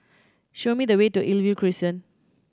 show me the way to Crescent